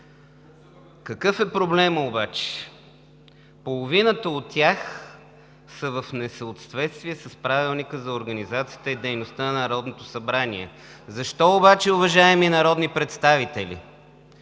Какъв е проблемът обаче? Половината от тях са в несъответствие с Правилника за организацията и дейността на Народното събрание. Защо обаче, уважаеми народни представители,